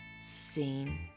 seen